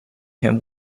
him